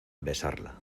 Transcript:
besarla